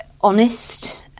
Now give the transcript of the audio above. honest